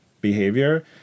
behavior